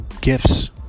gifts